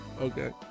Okay